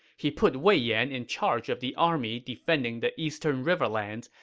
he put wei yan in charge of the army defending the eastern riverlands,